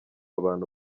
abantu